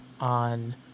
on